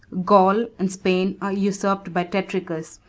gaul, and spain, are usurped by tetricus,